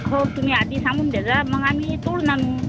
हो तुम्ही आधी सांगून द्याजा मग आम्ही तोडून आणू